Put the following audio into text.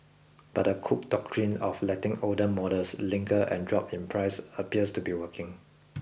but the cook doctrine of letting older models linger and drop in price appears to be working